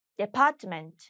department 、